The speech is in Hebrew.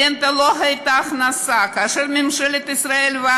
הרנטה לא הייתה הכנסה כאשר ממשלת ישראל,